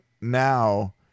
now